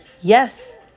yes